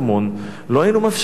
לא היינו מאפשרים שזה יקרה.